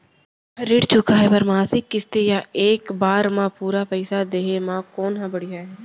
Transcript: ऋण चुकोय बर मासिक किस्ती या एक बार म पूरा पइसा देहे म कोन ह बढ़िया हे?